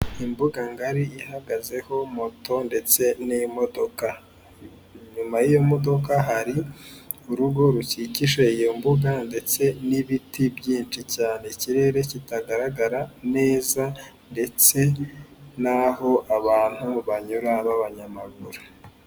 Imbuga ngari ihagazeho moto ndetse n'imodoka ,nyuma y'imodoka hari urugo rukikije iyo mbuga ndetse n'ibiti byinshi cyane ,ikirere kitagaragara neza ndetse n'aho abantu banyura b'abanyamaguru.